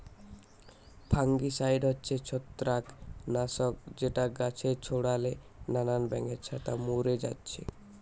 fungicide হচ্ছে ছত্রাক নাশক যেটা গাছে ছোড়ালে নানান ব্যাঙের ছাতা মোরে যাচ্ছে